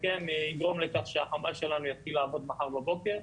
וכן יגרום לכך שהחמ"ל שלנו יתחיל לעבוד מחר בבוקר.